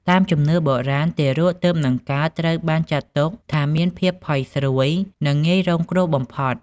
តាមជំនឿបុរាណ ទារកទើបនឹងកើតត្រូវបានចាត់ទុកថាមានភាពផុយស្រួយ និងងាយរងគ្រោះបំផុត។